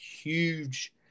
huge